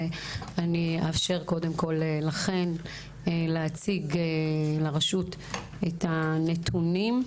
ואני אאפשר קודם כל לכן להציג לרשות את הנתונים.